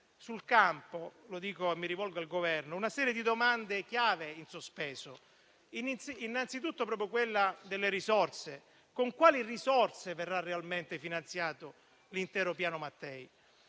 sul campo - lo dico rivolgendomi al Governo - una serie di domande chiave in sospeso, a cominciare proprio dalle risorse: con quali risorse verrà realmente finanziato l'intero Piano Mattei?